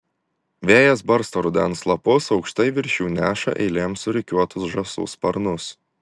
vėjas barsto rudens lapus aukštai virš jų neša eilėm surikiuotus žąsų sparnus